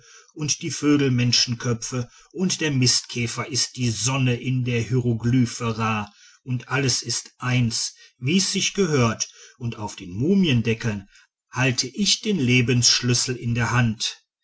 und die vögel menschenköpfe und der mistkäfer ist die sonne in der hieroglyphe ra und alles ist eins wie sich's gehört und auf den mumiendeckeln halte ich den lebensschlüssel in der hand